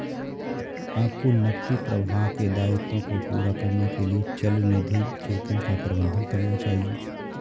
आपको नकदी प्रवाह के दायित्वों को पूरा करने के लिए चलनिधि जोखिम का प्रबंधन करना चाहिए